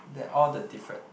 that all the different